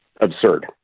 absurd